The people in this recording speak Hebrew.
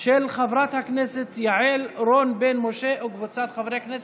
של חברת הכנסת יעל רון בן משה וקבוצת חברי הכנסת,